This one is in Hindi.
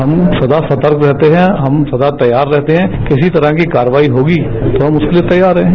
हम सदा सतर्क रहते हैं हम सदा तैयार रहते हैं किसी तरह की कार्रवाई होगी तो हम उसके लिए तैयार हैं